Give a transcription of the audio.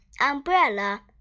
umbrella